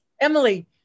Emily